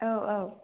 औ औ